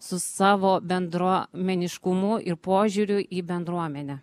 su savo bendruomeniškumu ir požiūriu į bendruomenę